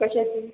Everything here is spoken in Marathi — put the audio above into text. कसे आहेत तुम्ही